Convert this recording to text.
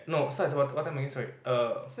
no starts at what time what time again sorry err